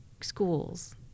schools